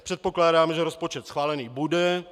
Předpokládám, že rozpočet schválený bude.